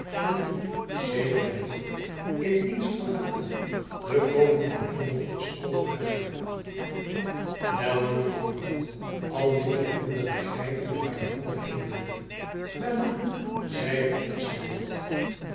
en die sedert haar dood in dienst van haar broeder den koning van engeland is overgegaan welnu vroeg buat al minder en minder begrijpende waar de ander heen wilde welnu zeide van